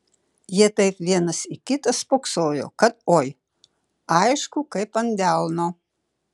jie taip vienas į kitą spoksojo kad oi aišku kaip ant delno